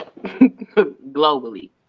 globally